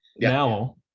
now